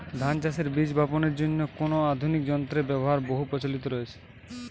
ধান চাষের বীজ বাপনের জন্য কোন আধুনিক যন্ত্রের ব্যাবহার বহু প্রচলিত হয়েছে?